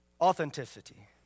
Authenticity